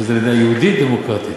שזו מדינה יהודית דמוקרטית,